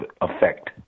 effect